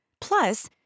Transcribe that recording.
Plus